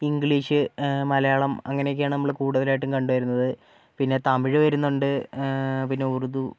English Malayalam അങ്ങനെയൊക്കെയാണ് നമ്മൾ കൂടുതലായിട്ടും കണ്ടുവരുന്നത് പിന്നെ തമിഴ് വരുന്നുണ്ട് പിന്നെ ഉറുദു